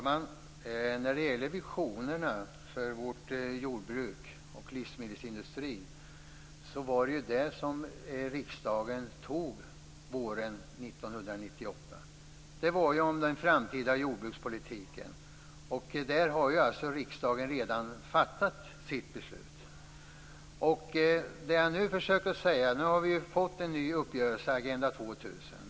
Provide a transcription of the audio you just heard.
Herr talman! Visionerna för vårt jordbruk och vår livsmedelsindustri är det som riksdagen antog våren 1998. Det gällde den framtida jordbrukspolitiken. Där har alltså riksdagen redan fattat sitt beslut. Nu har vi fått en ny uppgörelse, Agenda 2000.